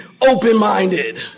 open-minded